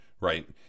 right